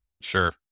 Sure